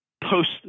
post